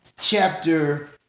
Chapter